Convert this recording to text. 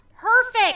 Perfect